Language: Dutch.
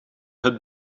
het